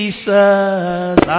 Jesus